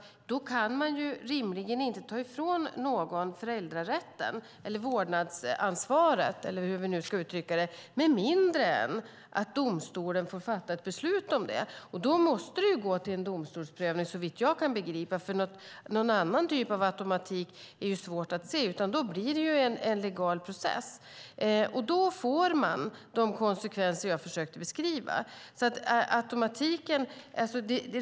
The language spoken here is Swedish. Då kan man rimligen inte ta ifrån någon föräldrarätten, vårdnadsansvaret eller hur vi nu ska uttrycka det, med mindre än att domstolen fattar beslut om det. Då måste det alltså bli en domstolsprövning, för någon annan typ av automatik är svårt att se. Det blir alltså en legal process. Då får man de konsekvenser jag försökte beskriva.